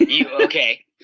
Okay